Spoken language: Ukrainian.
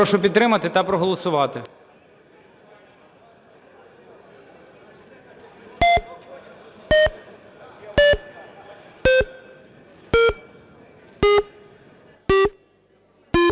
Прошу підтримати та проголосувати.